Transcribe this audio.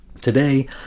Today